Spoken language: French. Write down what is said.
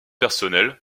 personnels